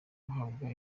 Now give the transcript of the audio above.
guhabwa